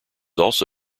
also